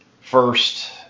first